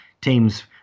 Team's